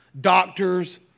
doctors